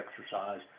exercise